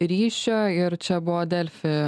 ryšio ir čia buvo delfi